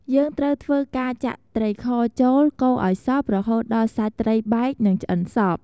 យើងត្រូវធ្វើការចាក់ត្រីខចូល កូរឲ្យសព្វរហូតដល់សាច់ត្រីបែក និងឆ្អិនសព្វ។